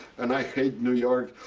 and i hate new york.